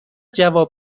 جواب